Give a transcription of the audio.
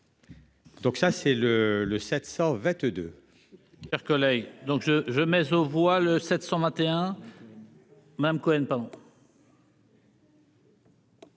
Donc ça c'est le le 722.